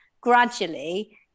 gradually